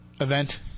event